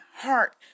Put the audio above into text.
heart